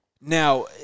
Now